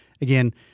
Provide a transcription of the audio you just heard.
again